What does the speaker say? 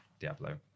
Diablo